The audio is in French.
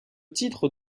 titre